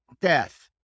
death